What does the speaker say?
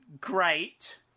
great